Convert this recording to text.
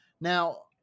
Now